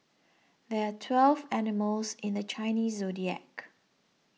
there are twelve animals in the Chinese zodiac